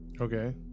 Okay